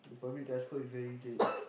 the public transport is very dead